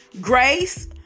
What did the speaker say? grace